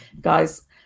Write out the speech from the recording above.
guys